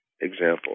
example